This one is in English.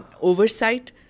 oversight